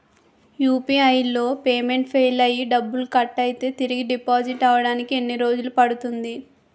UPI లో payment fail అయ్యి డబ్బులు కట్ అయితే తిరిగి డిపాజిట్ అవ్వడానికి ఎన్ని రోజులు పడుతుంది?